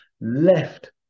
left